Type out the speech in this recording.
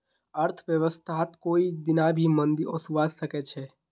अर्थव्यवस्थात कोई दीना भी मंदी ओसवा सके छे